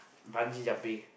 bungee jumping